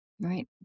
right